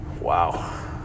Wow